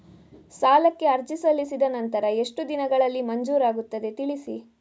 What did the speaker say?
ಸಾಲಕ್ಕೆ ಅರ್ಜಿ ಸಲ್ಲಿಸಿದ ನಂತರ ಎಷ್ಟು ದಿನಗಳಲ್ಲಿ ಮಂಜೂರಾಗುತ್ತದೆ ತಿಳಿಸಿ?